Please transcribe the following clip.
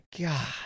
god